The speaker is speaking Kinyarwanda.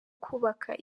kubaka